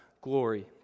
glory